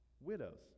Widows